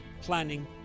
planning